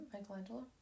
Michelangelo